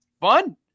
fun